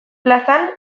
plazan